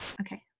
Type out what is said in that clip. Okay